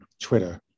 Twitter